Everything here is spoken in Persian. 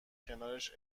کنارش